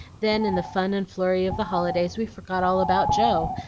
then, in the fun and flurry of the holidays, we forgot all about joe,